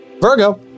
Virgo